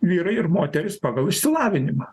vyrai ir moterys pagal išsilavinimą